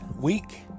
week